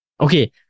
Okay